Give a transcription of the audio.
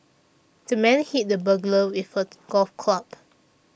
the man hit the burglar with a golf club